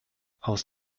aus